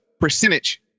percentage